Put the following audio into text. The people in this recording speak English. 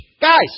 guys